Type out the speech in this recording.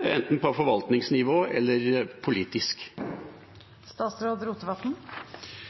enten på forvaltningsnivå eller politisk?